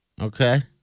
okay